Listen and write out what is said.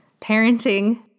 parenting